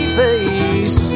face